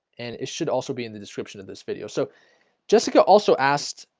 and it should also be in the description of this video so jessica also asked.